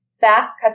fast